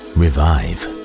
revive